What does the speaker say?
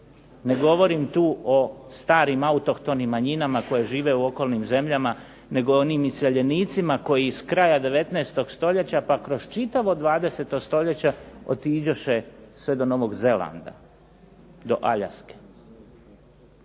ne govorim tu o starim autohtonim manjinama koje žive u okolnim zemljama, nego o onim iseljenicima koji s kraja 19. stoljeća pa kroz čitavog 20. stoljeća otiđoše sve do Novog Zelanda, do Aljaske.